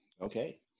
Okay